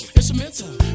Instrumental